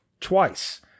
twice